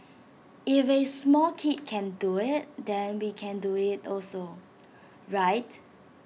if A small kid can do IT then we can do IT also right